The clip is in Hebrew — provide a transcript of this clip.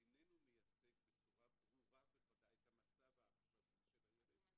איננו מייצג בצורה ברורה וחדה את המצב העכשווי של הילד,